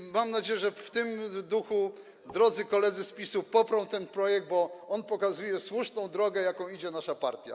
I mam nadzieję, że w tym duchu drodzy koledzy z PiS-u poprą ten projekt, bo on pokazuje słuszną drogę, jaką idzie nasza partia.